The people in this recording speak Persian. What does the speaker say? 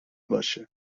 باشه